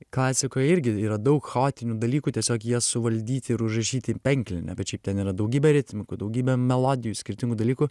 klasikoj irgi yra daug chaotinių dalykų tiesiog jie suvaldyti ir užrašyti penkline bet šiaip ten yra daugybė ritmikų daugybė melodijų skirtingų dalykų